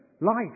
life